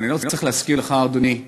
ואני לא צריך להזכיר לך, אדוני,